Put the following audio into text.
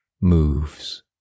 moves